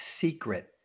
secret